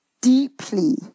deeply